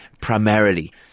primarily